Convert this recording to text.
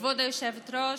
כבוד היושבת-ראש,